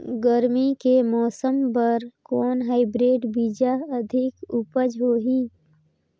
गरमी के मौसम बर कौन हाईब्रिड बीजा अधिक उपज होही?